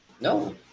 No